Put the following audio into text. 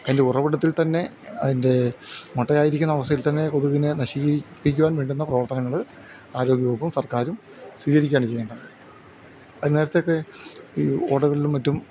അതിൻ്റെ ഉറവിടത്തിൽ തന്നെ അതിൻ്റെ മൊട്ടയായിരിക്കുന്ന അവസ്ഥയിൽ തന്നെ കൊതുകിനെ നശീകരിപ്പിക്കുവാൻ വേണ്ടുന്ന പ്രവർത്തനങ്ങൾ ആരോഗ്യവകുപ്പും സർക്കാരും സ്വീകരിക്കാണ് ചെയ്യേണ്ടത് അത് നേരത്തത്തെ ഈ ഓടകളിലും മറ്റും